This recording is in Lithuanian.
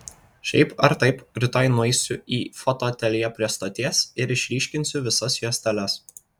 šiaip ar taip rytoj nueisiu į fotoateljė prie stoties ir išryškinsiu visas juosteles